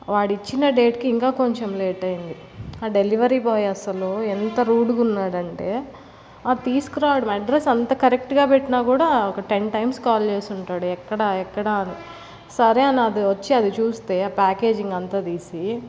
వాడిచ్చిన date కి ఇంకా కొంచెం లేట్ అయ్యింది ఆ డెలివరీ బాయ్ అస్సలు ఎంత రూడ్ గా ఉన్నాడంటే ఆ తీసుకు రావడం అడ్రస్ అంత కరెక్ట్ గా పెట్టినా కూడా ఒక టెన్ టైమ్స్ కాల్ చేసి ఉంటాడు ఎక్కడ ఎక్కడ అని సరే అని అది వచ్చి అది చూస్తే ఆ ప్యాకేజింగ్ అంతా తీసి